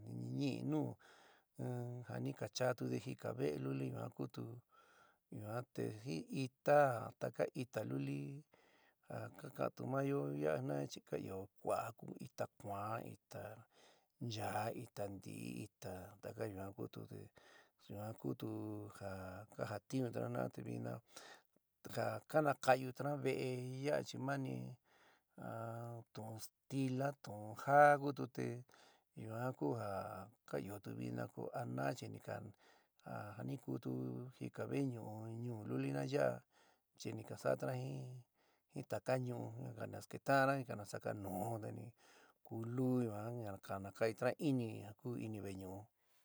Ni nɨɨ nuú. in ja ni ka chaátude jika ve'é luli ja kutu yuan te jin ita taka ita luli ja ka kaántu maáyo ya'a chi ka ɨó kua'a nu ita, ita kuán, ita nchaá, ita ntɨi, ita taka yuan kutu yuan kutu ja kajatiuntuna jina'ana te vina ja ka naka'iutuna veé ya'a chi maáni a tuun stila, tuun ja kutu te yuan ku ja ɨó vina ko anaá chi ni ka, ja ni kutu jika ve'éñu ñuú lulina ya'a chi ni ka sa'atuna jin taka ñu'u ni nasketa'ana ni kanasakanuúde te ni ku luú yuan te ni kakaka'ituna inɨ ku ini ve'é ñu'u.